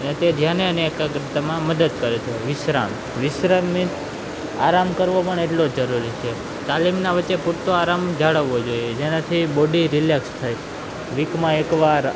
એ ધ્યાન અને એકાગ્રતામાં મદદ કરે છે વિશ્રામ વિશ્રામ મિન્સ આરામ કરવો પણ એટલો જ જરૂરી છે તાલીમના વચ્ચે પૂરતો આરામ જળવાવો જોઈએ જેનાથી બોડી રિલેક્સ થાય વીકમાં એકવાર